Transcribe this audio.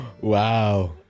wow